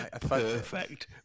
perfect